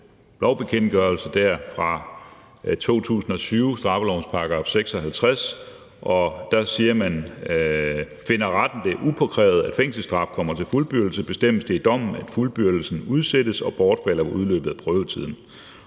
sidste lovbekendtgørelse fra 2020, straffelovens § 56, og der står der: »Finder retten det upåkrævet, at fængselsstraf kommer til fuldbyrdelse, bestemmes det i dommen, at fuldbyrdelsen udsættes og bortfalder ved udløbet af prøvetiden.«